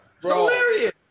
hilarious